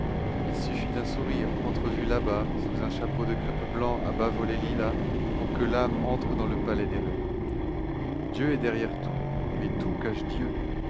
il suffît d'un sourire entrevu là-bas sous un chapeau de crêpe blanc à bavolet lilas pour que l'âme entre dans le palais des rêves dieu est derrière tout mais tout cache dieu